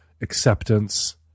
acceptance